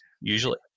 Usually